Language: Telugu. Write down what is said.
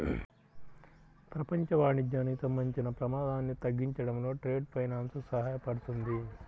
ప్రపంచ వాణిజ్యానికి సంబంధించిన ప్రమాదాన్ని తగ్గించడంలో ట్రేడ్ ఫైనాన్స్ సహాయపడుతుంది